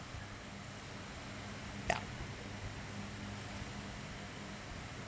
ya